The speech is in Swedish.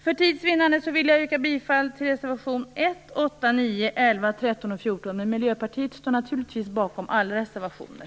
För tids vinnande yrkar jag bifall bara till reservationerna 1, 8, 9, 11, 13 och 14, men Miljöpartiet står naturligtvis bakom alla reservationer.